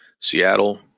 Seattle